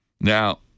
Now